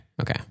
okay